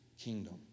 kingdom